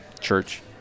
church